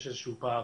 יש איזשהו פער,